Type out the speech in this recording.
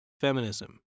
feminism